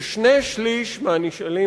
ששני שלישים מהנשאלים,